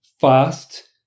fast